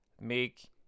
make